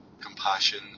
compassion